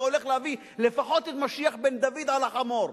הולך להביא לפחות את משיח בן דוד על החמור,